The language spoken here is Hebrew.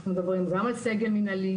אנחנו מדברים גם על סגל מנהלי,